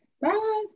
Bye